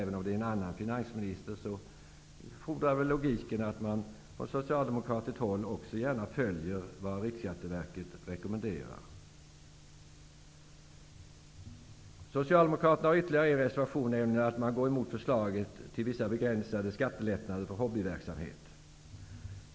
Även om det är en annan finansminister så fordrar väl logiken att man från socialdemokratiskt håll också följer vad Riksskatteverket rekommenderar. Socialdemokraterna har ytteligare en reservation, nämligen en som går emot förslaget om vissa begränsade skattelättnader för hobbyverksamhet.